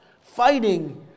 fighting